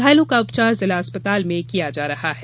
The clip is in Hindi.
घायलों का उपचार जिला अस्पताल में किया जा रहा है